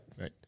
right